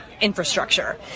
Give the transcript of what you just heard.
infrastructure